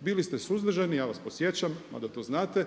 Bili ste suzdržani, ja vas podsjećam mada to znate,